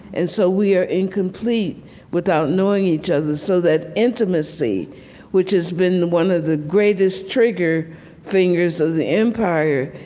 and so we are incomplete without knowing each other so that intimacy which has been one of the greatest trigger fingers of the empire,